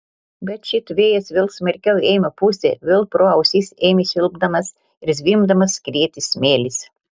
bet šit vėjas vėl smarkiau ėmė pūsti vėl pro ausis ėmė švilpdamas ir zvimbdamas skrieti smėlis